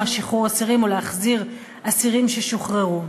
שחרור אסירים או להחזיר אסירים ששוחררו.